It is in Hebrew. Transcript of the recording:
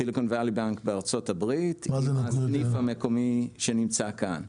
סיליקון ואלי בנק בארצות הברית עם הסניף המקומי שנמצא כאן.